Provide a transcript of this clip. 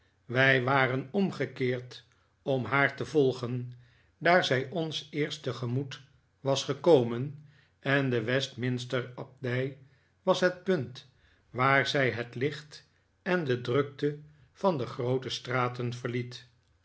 wij waren omgekeerd om haar te volgen daar zij ons eerst tegemoet was gekomen en de westminster abdij was het punt waar zij het licht en de drukte van de groote straten verliet